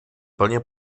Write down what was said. plně